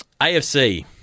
AFC